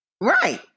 Right